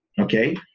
okay